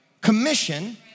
commission